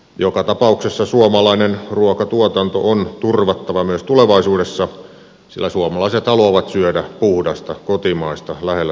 joka tapauksessa suomalainen ruokatuotanto on turvattava myös tulevaisuudessa sillä suomalaiset haluavat syödä puhdasta kotimaista lähellä tuotettua ruokaa